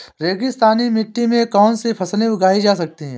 रेगिस्तानी मिट्टी में कौनसी फसलें उगाई जा सकती हैं?